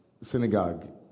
synagogue